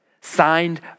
signed